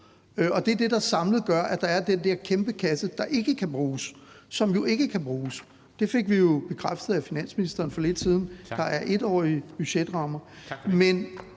Det er det, der samlet gør, at der er den der kæmpe kasse med penge, der ikke kan bruges. Det fik vi jo bekræftet af finansministeren for lidt siden. Der er 1-årige budgetrammer.